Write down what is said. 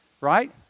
right